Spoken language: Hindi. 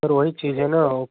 सर वही चीज है ना वो